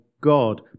God